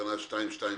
התקנה עברה פה אחד.